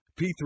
P3